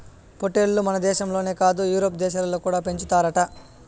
పొట్టేల్లు మనదేశంలోనే కాదు యూరోప్ దేశాలలో కూడా పెంచుతారట